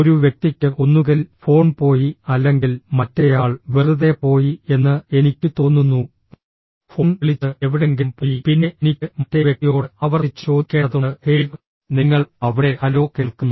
ഒരു വ്യക്തിക്ക് ഒന്നുകിൽ ഫോൺ പോയി അല്ലെങ്കിൽ മറ്റേയാൾ വെറുതെ പോയി എന്ന് എനിക്ക് തോന്നുന്നു ഫോൺ വിളിച്ച് എവിടെയെങ്കിലും പോയി പിന്നെ എനിക്ക് മറ്റേ വ്യക്തിയോട് ആവർത്തിച്ച് ചോദിക്കേണ്ടതുണ്ട് ഹേയ് നിങ്ങൾ അവിടെ ഹലോ കേൾക്കുന്നു